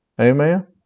Amen